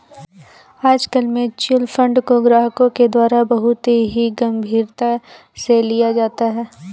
आजकल mutual fund को ग्राहकों के द्वारा बहुत ही गम्भीरता से लिया जाता है